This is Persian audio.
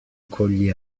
کلی